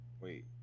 wait